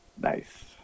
nice